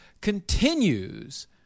continues